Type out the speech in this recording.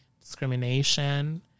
discrimination